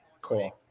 cool